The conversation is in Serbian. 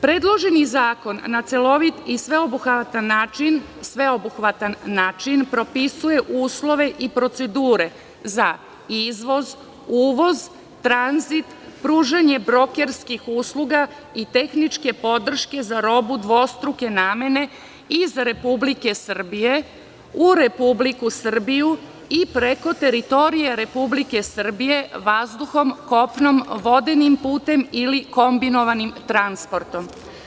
Predloženi zakon na celovit i sveobuhvatan način propisuje uslove i procedure za izvoz, uvoz, tranzit, pružanje brokerskih usluga i tehničke podrške za robu dvostruke namene i za Republike Srbije u Republiku Srbiju i preko teritorije Republike Srbije vazduhom, kopnom, vodenim putem ili kombinovanim transportom.